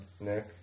Nick